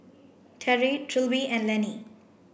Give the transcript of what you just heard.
Teri Trilby and Lannie